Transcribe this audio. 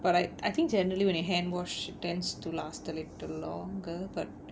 but I I think generally when you hand wash it tends to last a little longer but